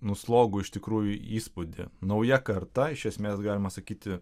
nu slogų iš tikrųjų įspūdį nauja karta iš esmės galima sakyti